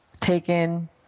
taken